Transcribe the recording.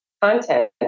content